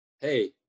Hey